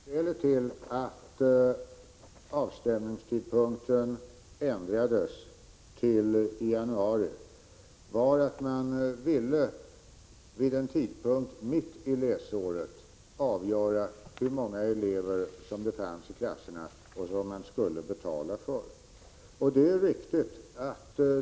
Herr talman! Skälet till att avstämningstidpunkten ändrades till januari var att man ville vid en tidpunkt mitt i läsåret avgöra hur många elever som fanns i klasserna och som man skulle betala för. Det är viktigt.